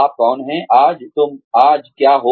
आप कौन हैं आज तुम आज क्या हो